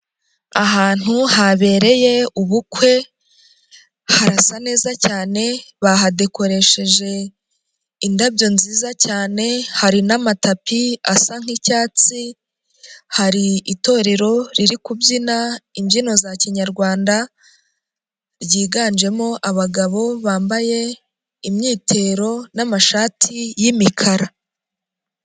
Ahantu habereye ubukwe harasa neza cyane, bahadekoresheje indabyo nziza cyane hari n'amatapi asa nkicyatsi hari itorero riri kubyina imbyino za kinyarwanda ryiganjemo abagabo bambaye imyitero n'amashati y'imikara.